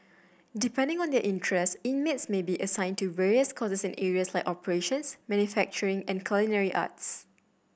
depending on their interest inmates may be assigned to various courses in areas like operations manufacturing and culinary arts